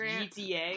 GTA